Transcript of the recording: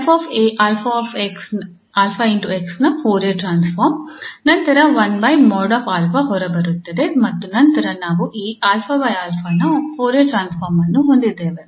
𝐹 𝑓 𝑎𝑥 ನ Fourier transform ನಂತರ ಹೊರಬರುತ್ತದೆ ಮತ್ತು ನಂತರ ನಾವು ಈ ನ ಫೋರಿಯರ್ ಟ್ರಾನ್ಸ್ಫಾರ್ಮ್ ಅನ್ನು ಹೊಂದಿದ್ದೇವೆ